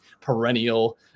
perennial